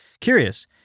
Curious